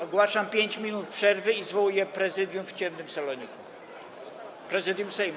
Ogłaszam 5 minut przerwy i zwołuję Prezydium w ciemnym saloniku, Prezydium Sejmu